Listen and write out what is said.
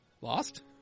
Lost